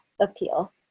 appeal